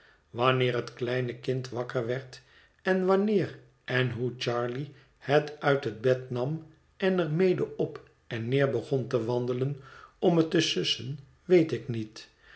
wanneer het kleine kind wakker werd en wanneer en hoe charley het uit het bed nam en er mede op en neer begon te wandelen om het te sussen weet ik niet